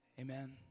Amen